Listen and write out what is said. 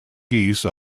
geese